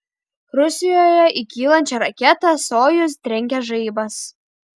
rusijoje į kylančią raketą sojuz trenkė žaibas